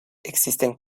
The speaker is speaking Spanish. existen